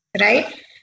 right